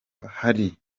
hari